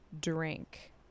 drink